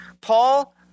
Paul